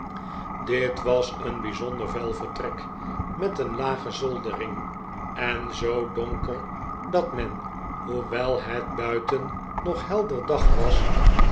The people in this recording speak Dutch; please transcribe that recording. dit was een bij zonder vuil vertrek met een lage zoldering en zoo donker dat men hoewel het buiten nog helder dag was